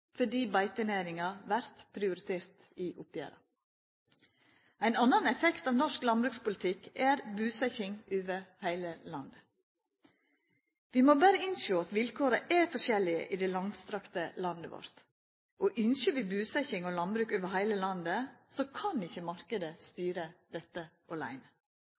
fordi beitenæringa vert prioritert i oppgjera. Ein annen effekt av norsk landbrukspolitikk er busetjing over heile landet. Vi må berre innsjå at vilkåra er forskjellige i det langstrakte landet vårt, og ynskjer vi busetjing og landbruk over heile landet, kan ikkje marknaden styra dette åleine.